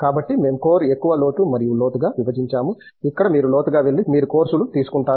కాబట్టి మేము కోర్ ఎక్కువ లోతు మరియు లోతుగా విభజించాము ఇక్కడ మీరు లోతుగా వెళ్లి మీరు కోర్సులు తీసుకుంటారు